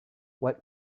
what